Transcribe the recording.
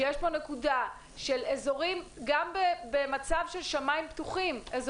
שיש פה נקודה שגם במצב של שמיים פתוחים מדובר